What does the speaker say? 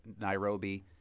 Nairobi